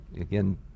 again